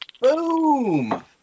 boom